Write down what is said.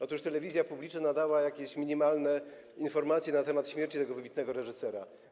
Otóż telewizja publiczna nadała jakieś minimalne informacje na temat śmierci tego wybitnego reżysera.